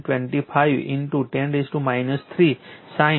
25 10 3 sin 400 t weber થશે